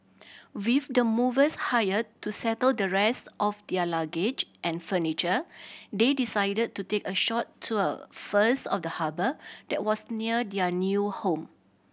with the movers hired to settle the rest of their luggage and furniture they decided to take a short tour first of the harbour that was near their new home